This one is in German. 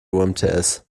umts